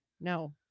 no